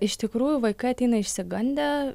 iš tikrųjų vaikai ateina išsigandę